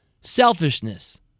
Selfishness